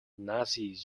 nazi